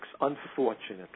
unfortunately